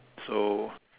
so